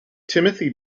timothy